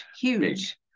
huge